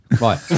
Right